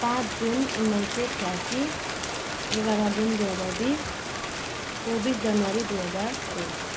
पाँच जुन उन्नाइस सय छ्यासी एघार जुन दुई हजार बिस चौबिस जनवरी दुई हजार तेइस